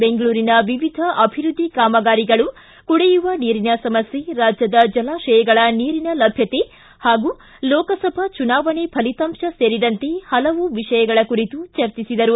ಬೆಂಗಳೂರಿನ ವಿವಿಧ ಅಭಿವೃದ್ದಿ ಕಾಮಗಾರಿಗಳು ಕುಡಿಯುವ ನೀರಿನ ಸಮಸ್ಥೆ ರಾಜ್ಯದ ಜಲಾಶಯಗಳ ನೀರಿನ ಲಭ್ಯತೆ ಹಾಗೂ ಲೋಕಸಭಾ ಚುನಾವಣೆ ಫಲಿತಾಂಶ ಸೇರಿದಂತೆ ಹಲವು ವಿಷಯಗಳ ಕುರಿತು ಚರ್ಚಿಸಿದರು